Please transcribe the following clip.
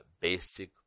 basic